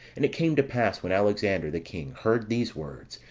and it came to pass, when alexander, the king heard these words,